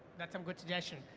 that's some good suggestion.